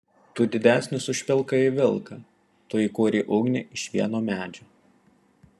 tu didesnis už pilkąjį vilką tu įkūrei ugnį iš vieno medžio